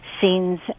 scenes